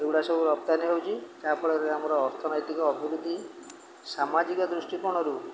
ଏଗୁଡ଼ା ସବୁ ରପ୍ତାନି ହେଉଛି ଯହାଫଳରେ ଆମର ଅର୍ଥନୈତିକ ଅଭିବୃଦ୍ଧି ସାମାଜିକ ଦୃଷ୍ଟିକୋଣରୁ